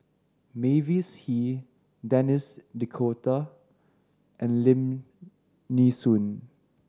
Mavis Hee Denis D'Cotta and Lim Nee Soon